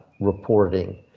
reporting